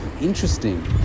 interesting